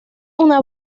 una